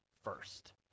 First